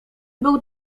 był